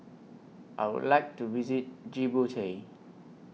I Would like to visit Djibouti